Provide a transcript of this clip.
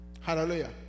Hallelujah